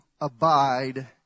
abide